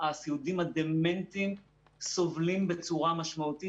הסיעודיים הדמנטיים סובלים בצורה משמעותית.